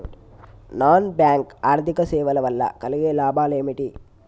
Non bank ఆర్థిక సేవల వల్ల కలిగే లాభాలు ఏమిటి?